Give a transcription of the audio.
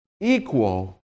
equal